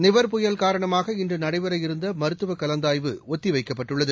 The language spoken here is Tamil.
நிவர் புயல் காரணமாக இன்றுநடைபெறவிருந்தமருத்துவக் கலந்தாய்வு ஒத்திவைக்கப்பட்டுள்ளது